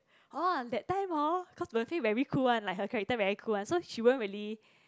orh that time hor cause Wen Fei very cool one like her character very cool one so she won't really